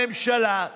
הממשלה,